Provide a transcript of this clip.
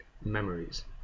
memories